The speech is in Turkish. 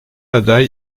aday